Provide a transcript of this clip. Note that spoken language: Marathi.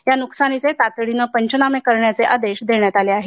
या नुकसानीचे तातडीनं पंचनामे करण्याचे आदेश देण्यात आले आहेत